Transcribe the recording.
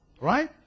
Right